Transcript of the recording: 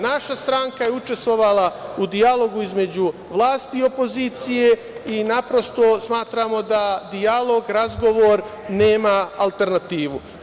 Naša stranka je učestvovala u dijalogu između vlasti i opozicije i smatramo da dijalog, razgovor nema alternativu.